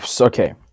okay